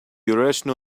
irrational